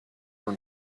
were